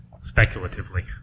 speculatively